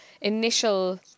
initial